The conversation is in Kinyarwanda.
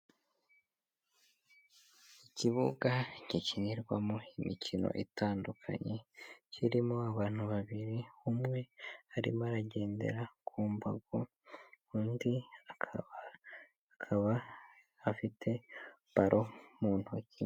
Ikibuga gikinirwamo imikino itandukanye kirimo abantu babiri, umwe arimo aragendera ku mbago, undi akaba akaba afite baro mu ntoki.